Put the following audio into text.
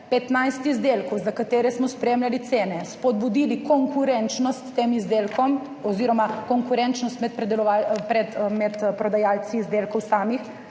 15 izdelkov, za katere smo spremljali cene, spodbudili konkurenčnost tem izdelkom oziroma konkurenčnost med prodajalci izdelkov samih,